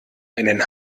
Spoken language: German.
einen